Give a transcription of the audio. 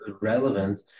relevant